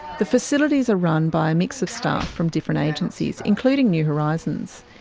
the facilities are run by a mix of staff from different agencies, including new horizons.